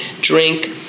drink